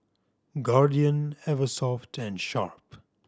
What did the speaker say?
Guardian Eversoft and Sharp